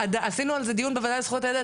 עשינו על זה דיון בוועדה לזכויות הילד,